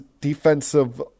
defensive